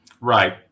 right